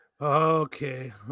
Okay